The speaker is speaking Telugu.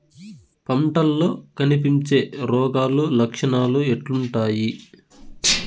పంటల్లో కనిపించే రోగాలు లక్షణాలు ఎట్లుంటాయి?